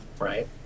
right